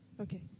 Okay